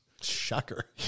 Shocker